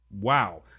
Wow